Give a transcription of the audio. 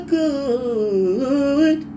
good